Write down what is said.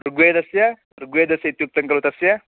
ऋग्वेदस्य ऋग्वेदस्य इत्युक्तं खलु तस्य